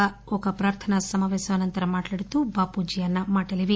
ఒక ప్రార్థనా సమావేశం అనంతరం మాట్లాడుతూ బాపూజీ అన్న మాటలివి